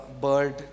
bird